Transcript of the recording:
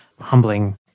humbling